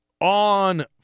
on